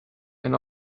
and